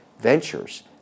ventures